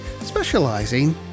specializing